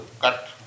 cut